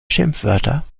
schimpfwörter